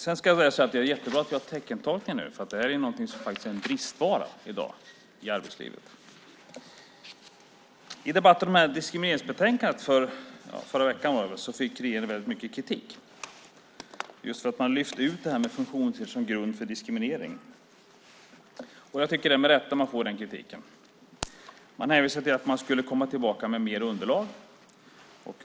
Sedan tycker jag att det är jättebra att vi har teckentolkning här nu, för det är en bristvara i dag i arbetslivet. I debatten om diskrimineringsbetänkandet förra veckan fick regeringen väldigt mycket kritik för att man lyfte ut det här med funktionsnedsättning som grund för diskriminering. Jag tycker att det är med rätta man får den kritiken. Man hänvisar till att man skulle komma tillbaka med mer underlag och